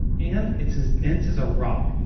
and it's as dense as a rock.